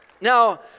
Now